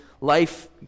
life